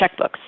checkbooks